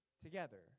together